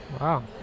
Wow